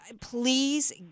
Please